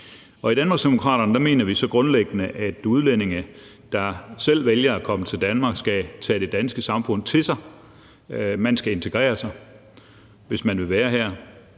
I Danmarksdemokraterne mener vi så grundlæggende, at udlændinge, der vælger at komme til Danmark, skal tage det danske samfund til sig. Man skal integrere sig, hvis man vil være her.